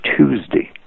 Tuesday